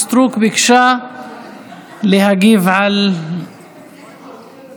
בעד, אפס מתנגדים ואפס נמנעים.